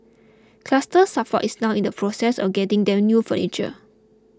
Cluster Suffer is now in the process of getting them new furniture